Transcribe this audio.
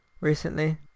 recently